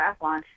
triathlon